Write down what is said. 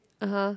(uh huh)